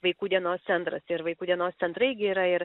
vaikų dienos centras ir vaikų dienos centrai gi yra ir